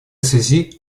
связи